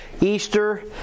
Easter